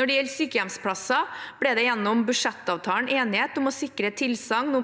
Når det gjelder sykehjemsplasser, ble det gjennom budsjettavtalen enighet om å sikre tilsagn